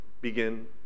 begin